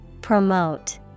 Promote